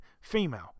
female